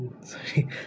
sorry